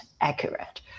accurate